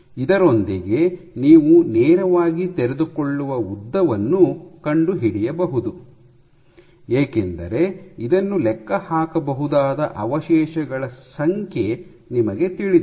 ಇದರೊಂದಿಗೆ ನೀವು ನೇರವಾಗಿ ತೆರೆದುಕೊಳ್ಳುವ ಉದ್ದವನ್ನು ಕಂಡುಹಿಡಿಯಬಹುದು ಏಕೆಂದರೆ ಇದನ್ನು ಲೆಕ್ಕಹಾಕಬಹುದಾದ ಅವಶೇಷಗಳ ಸಂಖ್ಯೆ ನಿಮಗೆ ತಿಳಿದಿದೆ